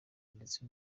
ndetse